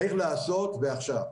צריך לעשות ועכשיו.